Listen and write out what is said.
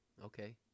Okay